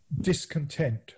discontent